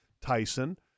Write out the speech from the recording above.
Tyson